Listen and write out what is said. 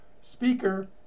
speaker